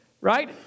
right